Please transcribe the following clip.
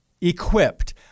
equipped